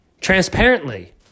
transparently